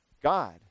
God